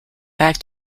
back